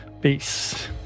Peace